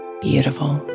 beautiful